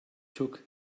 took